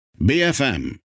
BFM